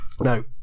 Now